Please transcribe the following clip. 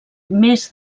més